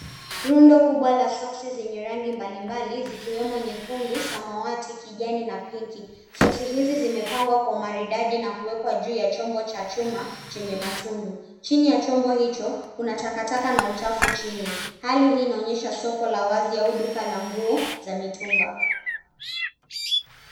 Rundo kubwa la soksi zenye rangi mbalimbali zikiwemo nyekundu, samawati, kijani na pinki. Soksi hizi zimepangwa kwa maridadi na kuwekwa juu ya chombo chenye matundu. Chini ya chombo hicho kuna takataka na uchafu chini. Hali hii inaonyesha soko la wazi au duka la nguo za mitumba.